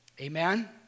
Amen